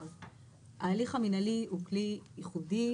ההליך המינהלי הוא כלי ייחודי,